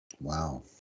Wow